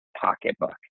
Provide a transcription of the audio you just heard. pocketbook